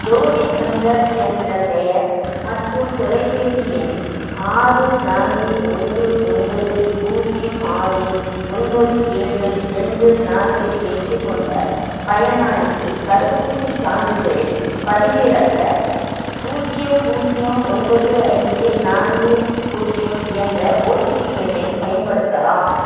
கௌரி சங்கர் என்ற பெயர் மற்றும் தொலைபேசி எண் ஆறு நான்கு ஒன்று ஒன்பது பூஜ்ஜியம் ஆறு ஒன்பது ஏழு ரெண்டு நான்கு எட்டு கொண்ட பயனாளிக்கு தடுப்பூசிச் சான்றிதழைப் பதிவிறக்க பூஜ்ஜியம் பூஜ்ஜியம் ஒன்பது ஐந்து நான்கு பூஜ்ஜியம் என்ற ஓடிபி எண்ணைப் பயன்படுத்தலாம்